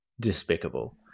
despicable